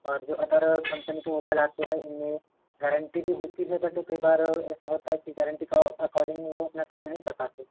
और जो other company का मोबाइल आते हैं उनमें गैरन्टी भी होती है बट वो कई बार ऐसा होता है की गैरन्टी के अकॉर्डिंग वो उतना काम नहीं कर पाते